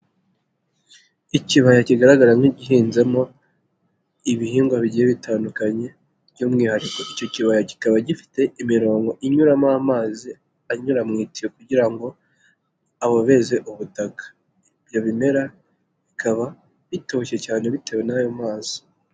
lkibaya kigaragara nk'igihinzemo ibihingwa bigiye bitandukanye, by'umwihariko icyo kibaya kikaba gifite imirongo inyuramo amazi, anyura mu itiyo kugira ngo abobeze ubutaka. Ibyo bimera bikaba bitoshye cyane bitewe n'ayo mazi.